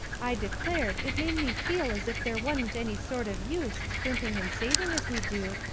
i declared, it made me feel as if there wa'n't any sort of use scrimping and saving as we do,